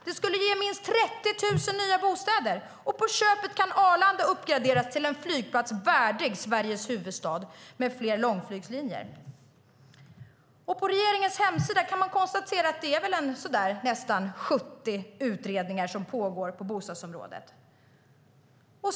Det skulle ge minst 30 000 nya bostäder. På köpet kan Arlanda uppgraderas till en flygplats värdig Sveriges huvudstad med fler långflygslinjer. På regeringens hemsida kan man konstatera att nästan 70 utredningar pågår på bostadsområdet.